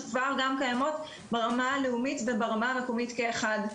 שכבר קיימות ברמה הלאומית וברמה המקומית כאחד.